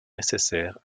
nécessaires